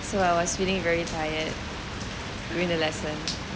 so I was feeling very tired during the lesson